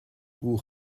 hoe